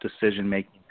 decision-making